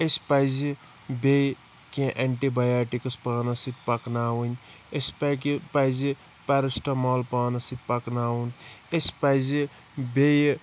أسہِ پَزِ بیٚیہ کینٛہہ ایٚنٹِبَیاٹِکٕس پانَس سۭتۍ پَکناوٕنۍ أسہِ پکہِ پَزِ پیٚرسٹمال پانَس سۭتۍ پَکناوُن أسہِ پَزِ بیٚیہ